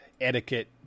etiquette